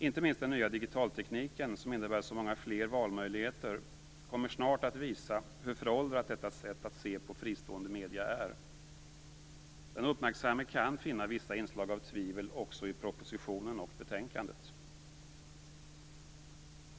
Inte minst den nya digitaltekniken, som innebär så många flera valmöjligheter, kommer snart att visa hur föråldrat detta sätt att se på fristående medier är. Den uppmärksamme kan finna vissa inslag av tvivel också i propositionen och betänkandet.